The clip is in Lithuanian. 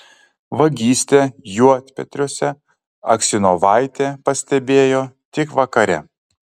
vagystę juodpetriuose aksionovaitė pastebėjo tik vakare